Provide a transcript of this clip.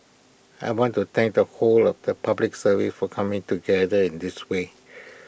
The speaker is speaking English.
I want to thank the whole of the Public Service for coming together in this way